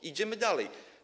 Idziemy dalej.